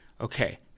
Okay